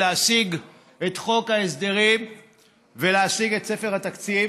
להשיג את חוק ההסדרים ולהשיג את ספר התקציב.